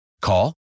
Call